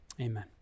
amen